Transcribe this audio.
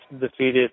defeated